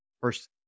First